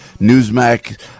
Newsmax